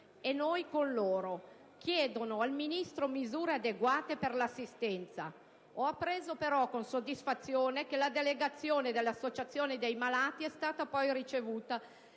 e noi con loro. Essi chiedono al Ministro misure adeguate per l'assistenza. Ho appreso però, con soddisfazione, che la delegazione dell'associazione dei malati è stata poi ricevuta